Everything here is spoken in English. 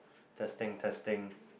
testing testing